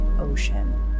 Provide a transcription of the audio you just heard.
ocean